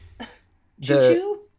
choo-choo